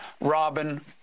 Robin